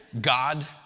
God